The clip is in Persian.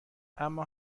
اما